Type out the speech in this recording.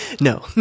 No